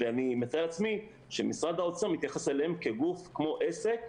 ואני מתאר לעצמי שמשרד האוצר מתייחס אליהם כגוף כמו עסק,